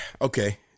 okay